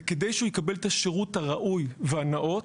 וכדי שהוא יקבל את השירות הראוי והנאות